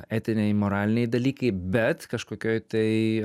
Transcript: etiniai moraliniai dalykai bet kažkokioj tai